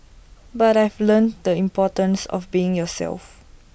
but I've learnt the importance of being yourself